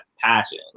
passion